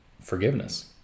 forgiveness